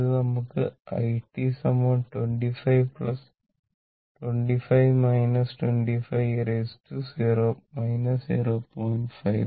ഇത് നമുക്ക് i 25 25 25e 0